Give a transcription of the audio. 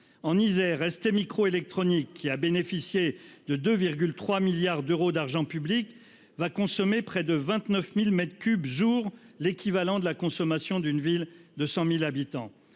en Isère STMicroelectronics. Qui a bénéficié de 2 3 milliards d'euros d'argent public va consommer près de 29.000 mètres m3 jour l'équivalent de la consommation d'une ville de 100.000 habitants